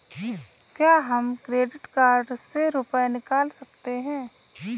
क्या हम credit card से रुपये निकाल सकते हैं?